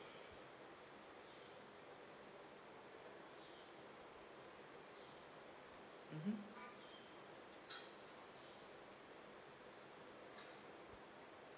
mmhmm